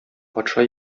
патша